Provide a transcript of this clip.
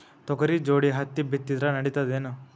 ತೊಗರಿ ಜೋಡಿ ಹತ್ತಿ ಬಿತ್ತಿದ್ರ ನಡಿತದೇನು?